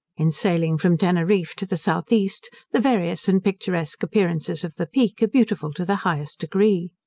in sailing from teneriffe to the south-east, the various and picturesque appearances of the peak are beautiful to the highest degree.